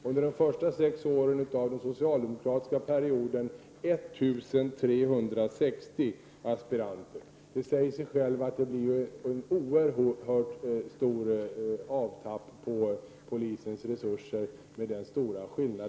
Under de första sex åren av den socialdemokratiska regeringsperioden antogs 1 360 polisaspiranter. Det säger sig självt att det blir en oerhört stor avtappning av polisens resurser med denna stora skillnad.